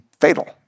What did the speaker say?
fatal